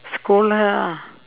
scold her ah